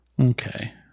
okay